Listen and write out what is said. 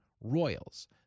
royals